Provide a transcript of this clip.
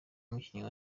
umukinnyi